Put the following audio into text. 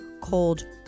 cold